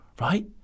right